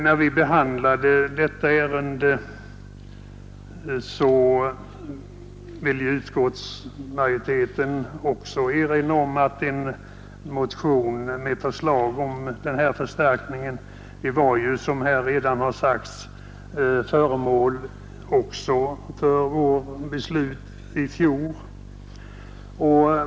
När vi behandlar detta ärende vill utskottsmajoriteten erinra om att en motion med förslag om en sådan förstärkning var föremål för vårt beslut även i fjol.